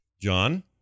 John